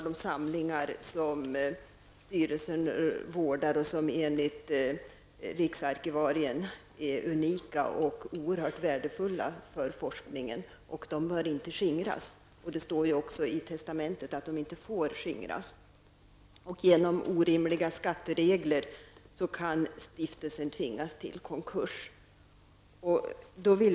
De samlingar som styrelsen vårdar är enligt riksarkivarien unika och oerhört värdefulla för forskningen, och de bör inte skingras. Det står ju också skrivet i testamentet att de inte får skingras. Genom orimliga skatteregler kan stiftelsen tvingas till konkurs.